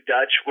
Dutch